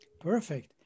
Perfect